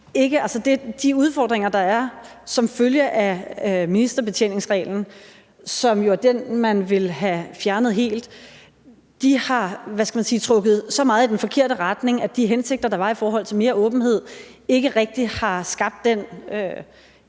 de udfordringer, der er som følge af ministerbetjeningsreglen, som jo er den, man ville have fjernet helt, har trukket så meget i den forkerte retning, at de hensigter, der var i forhold til mere åbenhed, ikke rigtig har skabt den